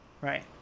right